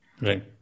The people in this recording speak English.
Right